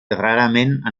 rarament